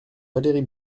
valérie